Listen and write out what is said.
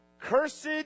Cursed